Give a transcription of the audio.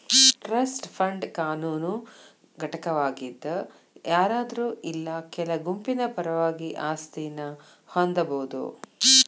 trust fund ಕಾನೂನು ಘಟಕವಾಗಿದ್ ಯಾರಾದ್ರು ಇಲ್ಲಾ ಕೆಲ ಗುಂಪಿನ ಪರವಾಗಿ ಆಸ್ತಿನ ಹೊಂದಬೋದು